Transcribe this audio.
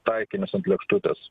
taikinius ant lėkštutės